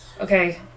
Okay